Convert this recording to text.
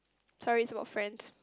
sorry it's about friends